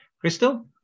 Crystal